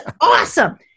awesome